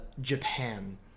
Japan